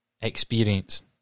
experience